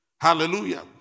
Hallelujah